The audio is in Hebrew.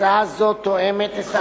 הצעה זו תואמת את,